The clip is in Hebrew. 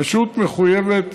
הרשות מחויבת,